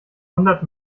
hundert